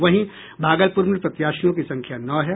वहीं भागलपुर में प्रत्याशियों की संख्या नौ है